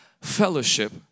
fellowship